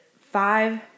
five